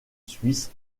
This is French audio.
suisse